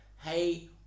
hey